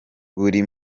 biri